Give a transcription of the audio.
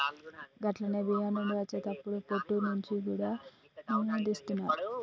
గట్లనే బియ్యం నుండి అచ్చే తవుడు పొట్టు నుంచి గూడా నూనెను తీస్తున్నారు